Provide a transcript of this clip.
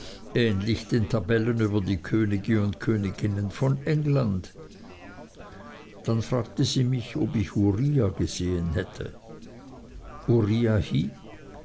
ähnlich den tabellen über die könige und königinnen von england dann fragte sie mich ob ich uriah gesehen hätte uriah